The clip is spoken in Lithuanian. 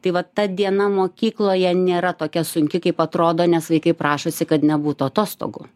tai vat ta diena mokykloje nėra tokia sunki kaip atrodo nes vaikai prašosi kad nebūtų atostogų